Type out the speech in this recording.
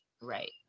Right